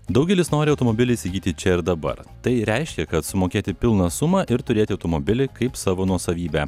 daugelis nori automobilį įsigyti čia ir dabar tai reiškia kad sumokėti pilną sumą ir turėti automobilį kaip savo nuosavybę